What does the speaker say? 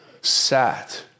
sat